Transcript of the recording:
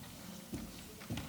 החינוך.